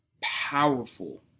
powerful